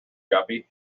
guppy